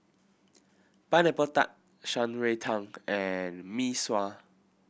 Pineapple Tart Shan Rui Tang and Mee Sua